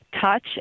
touch